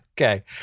Okay